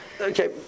Okay